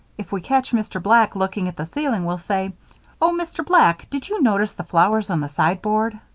if we catch mr. black looking at the ceiling we'll say oh, mr. black, did you notice the flowers on the sideboard